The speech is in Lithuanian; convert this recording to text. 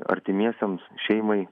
artimiesiems šeimai